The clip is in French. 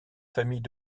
famille